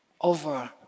over